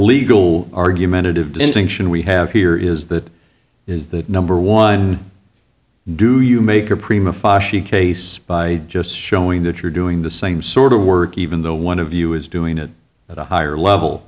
legal argumentative distinction we have here is that is that number one do you make a prima fascia case by just showing that you're doing the same sort of work even though one of you is doing it at a higher level